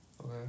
Okay